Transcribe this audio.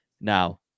Now